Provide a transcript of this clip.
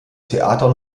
theater